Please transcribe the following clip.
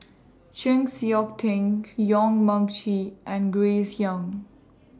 Chng Seok Tin Yong Mun Chee and Grace Young